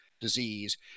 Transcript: disease